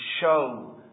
show